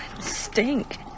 stink